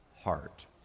heart